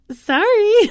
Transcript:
sorry